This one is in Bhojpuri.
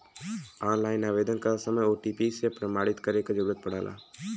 ऑनलाइन आवेदन करत समय ओ.टी.पी से प्रमाणित करे क जरुरत पड़ला